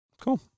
Cool